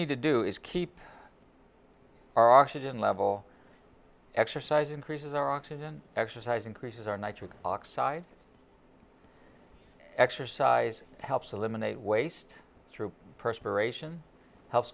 need to do is keep our oxygen level exercise increases our oxygen exercise increases our nitric oxide exercise helps a limb and a waste through perspiration helps